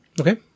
Okay